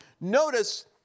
Notice